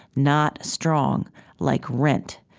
not strong like rent,